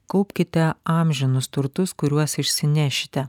kaupkite amžinus turtus kuriuos išsinešite